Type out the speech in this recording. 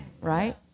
right